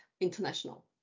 International